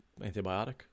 Antibiotic